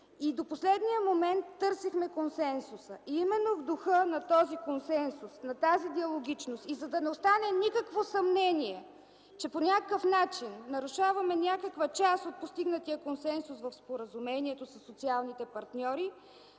и до последния момент търсехме консенсус. Именно в духа на този консенсус, на тази диалогичност и за да не остане никакво съмнение, че по някакъв начин нарушаваме част от постигнатия консенсус в споразумението със социалните партньори,